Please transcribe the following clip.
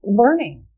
learning